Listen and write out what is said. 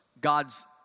God's